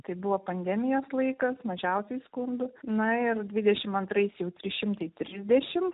tai buvo pandemijos laikas mažiausiai skundų na ir dvidešim antrais jau trys šimtai trisdešim